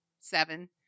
seven